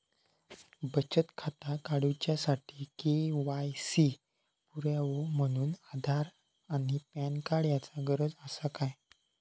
बचत खाता काडुच्या साठी के.वाय.सी पुरावो म्हणून आधार आणि पॅन कार्ड चा गरज आसा काय?